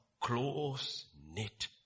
close-knit